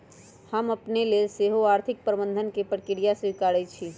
हम अपने लेल सेहो आर्थिक प्रबंधन के प्रक्रिया स्वीकारइ छी